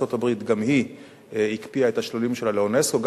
ארצות-הברית גם היא הקפיאה את התשלומים שלה לאונסק"ו,